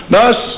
Thus